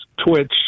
twitch